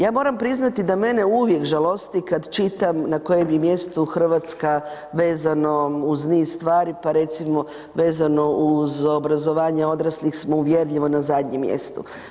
Ja moram priznati da mene uvijek žalosti kada čitam na kojem je mjestu Hrvatska vezano uz niz stvari, pa recimo vezano uz obrazovanje odraslih smo uvjerljivo na zadnjem mjestu.